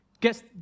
Guess